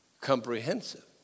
comprehensive